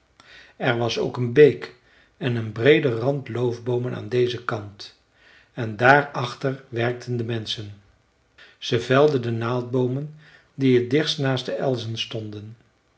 er was ook een beek en een breede rand loofboomen aan dezen kant en daarachter werkten de menschen ze velden de naaldboomen die het dichtst naast de elzen stonden